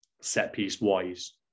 set-piece-wise